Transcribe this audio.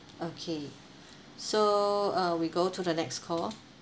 okay so uh we go to the next call